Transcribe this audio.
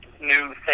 new